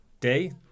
day